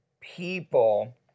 people